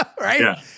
Right